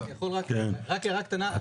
אני יכול רק הערה קטנה?